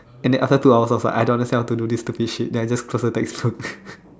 and then after two hours I was like I don't understand how to do this stupid shit then I just close the textbook